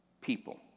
people